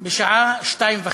בשעה 14:30,